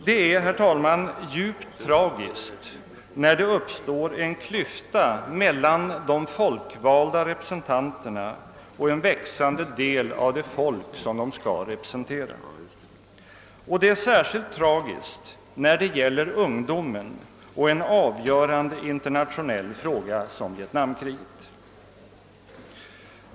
Det är, herr talman, djupt tragiskt när det uppstår en klyfta mellan de folkvalda representanterna och en växande del av det folk som de skall representera. Det är särskilt tragiskt när det gäller ungdomen och en avgörande internationell fråga som vietnamkriget.